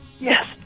Yes